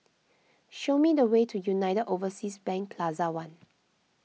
show me the way to United Overseas Bank Plaza one